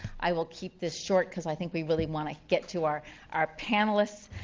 i will keep this short, cause i think we really want to get to our our panelists.